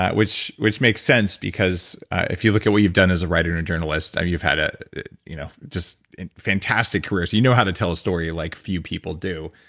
which which makes sense because if you look at what you've done as a writer and journalist, you've had ah you know just fantastic career. you know how to tell a story like few people do.